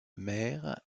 mère